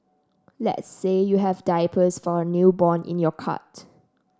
let's say you have diapers for a newborn in your cart